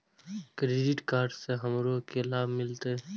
Credit card से हमरो की लाभ मिलते?